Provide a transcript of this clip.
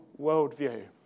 worldview